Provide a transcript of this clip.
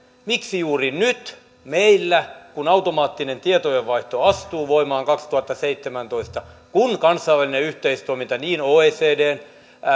miksi juuri nyt meillä kun automaattinen tietojenvaihto astuu voimaan kaksituhattaseitsemäntoista kun kansainvälinen yhteistoiminta niin oecdn